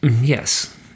Yes